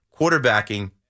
Quarterbacking